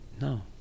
no